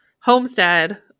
homestead